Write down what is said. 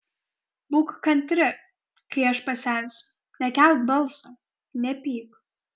būk kantri kai aš pasensiu nekelk balso nepyk